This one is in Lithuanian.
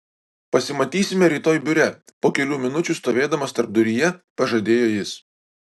pasimatysime rytoj biure po kelių minučių stovėdamas tarpduryje pažadėjo jis